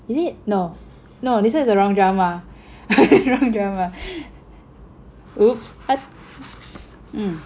is it no no this one is a wrong drama wrong drama !oops! I